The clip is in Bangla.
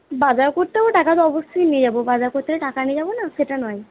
বাজার করতে টাকা তো অবশ্যই নিয়ে যাব বাজার করতে যাব টাকা নিয়ে যাব না সেটা নয়